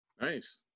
nice